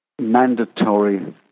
mandatory